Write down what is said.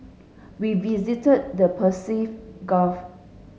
we visited the Persian Gulf